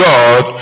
God